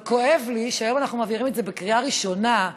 כואב לי שהיום אנחנו מעבירים את זה בקריאה ראשונה,